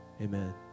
Amen